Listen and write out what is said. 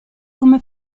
come